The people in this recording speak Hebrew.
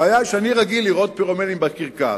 הבעיה היא שאני רגיל לראות פירומנים בקרקס.